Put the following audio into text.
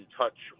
touch